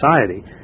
society